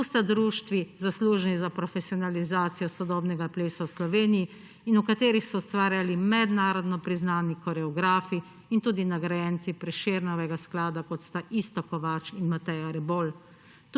Tu sta društvi, zaslužni za profesionalizacijo sodobnega plesa v Sloveniji in v katerih so ustvarjali mednarodno priznani koreografi in tudi nagrajenci Prešernovega sklada, kot sta Iztok Kovač in Mateja Rebolj.